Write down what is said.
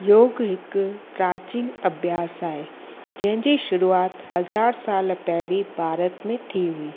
योगु हिकु प्राचीन अभ्यास आहे जंहिंजी शुरूआति हज़ार साल पहिरीं भारत में थी हुई